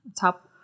Top